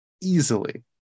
Easily